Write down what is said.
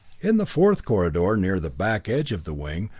in the fourth corridor near the back edge of the wing,